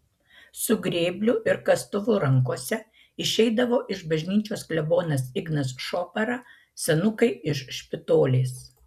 su grėbliu ir kastuvu rankose išeidavo iš bažnyčios klebonas ignas šopara senukai iš špitolės